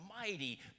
mighty